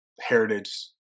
heritage